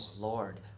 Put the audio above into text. Lord